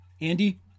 Andy